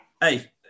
Hey